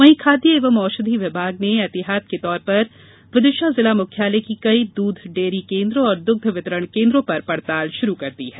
वहीं खाद्य एवं औषधि विभाग ने ऐहतियात के तौर पर विदिशा जिला मुख्यालय की कई दूध डेयरी केन्द्र और दुग्ध वितरण केन्द्रों पर पड़ताल शुरू कर दी है